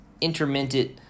intermittent